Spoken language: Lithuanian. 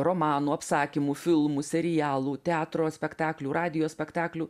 romanų apsakymų filmų serialų teatro spektaklių radijo spektaklių